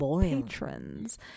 patrons